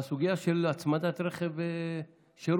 בסוגיה של הצמדת רכב שירות,